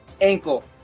ankle